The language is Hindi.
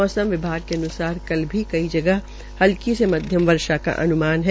मौसम विभाग के अुन्सार कल भी कई ा गह पर हल्की से मध्यम वर्षा का अन्मान है